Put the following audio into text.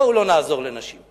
בואו לא נעזור לנשים.